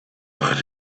but